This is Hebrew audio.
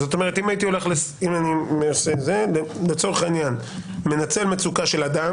זאת אומרת, אם לצורך העניין אני מנצל מצוקה של אדם